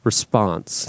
Response